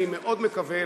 אני מאוד מקווה,